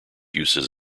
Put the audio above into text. uses